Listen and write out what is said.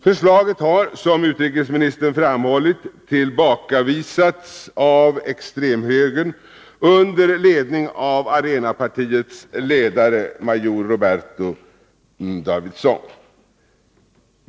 Förslaget har, som utrikesministern framhållit, tillbakavisats av extremhögern under ledning av Arenapartiets ledare, major Roberto d”Aubuisson.